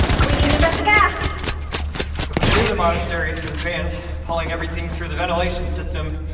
we need to vent the gas if we clear the monastery through the fans pulling everything through the ventilation system,